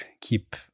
keep